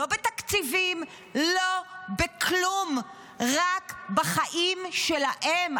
לא בתקציבים, לא בכלום, רק בחיים שלהם.